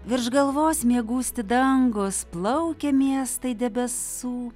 virš galvos miegūsti dangūs plaukia miestai debesų